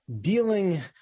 dealing